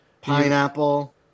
Pineapple